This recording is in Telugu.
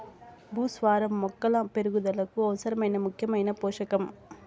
భాస్వరం మొక్కల పెరుగుదలకు అవసరమైన ముఖ్యమైన పోషకం